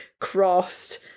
crossed